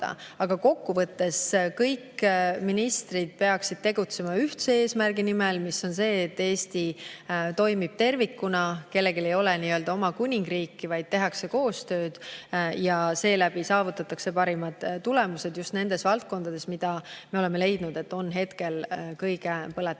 Aga kokkuvõttes peaksid kõik ministrid tegutsema ühtse eesmärgi nimel, mis on see, et Eesti toimib tervikuna, kellelgi ei ole oma kuningriiki, vaid tehakse koostööd ja seeläbi saavutatakse parimad tulemused just nendes valdkondades, mille kohta me oleme leidnud, et seal on hetkel kõige põletavamad